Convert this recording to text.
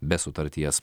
be sutarties